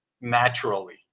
naturally